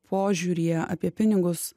požiūryje apie pinigus